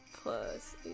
plus